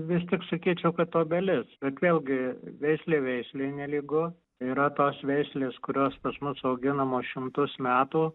vis tik sakyčiau kad obelis bet vėlgi veislė veislei nelygu yra tos veislės kurios pas mus auginamos šimtus metų